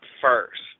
first